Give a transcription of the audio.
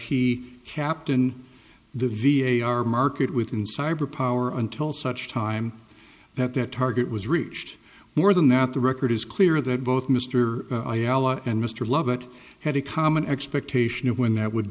he kept in the v a r market within cyber power until such time that that target was reached more than that the record is clear that both mr and mr love it had a common expectation of when that would